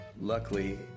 Luckily